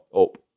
up